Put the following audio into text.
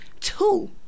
two